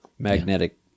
Magnetic